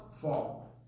fall